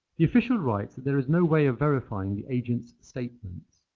the official writes that there is no way of verifying the agent's statements,